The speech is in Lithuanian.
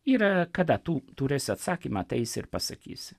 yra kada tu turėsi atsakymą ateisi ir pasakysi